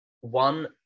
one